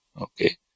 Okay